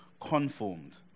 conformed